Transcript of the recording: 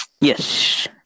Yes